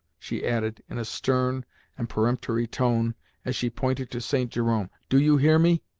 she added in a stern and peremptory tone as she pointed to st. jerome, do you hear me?